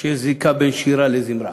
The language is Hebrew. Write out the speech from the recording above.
שיש זיקה בין שירה לזמרה,